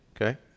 Okay